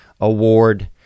award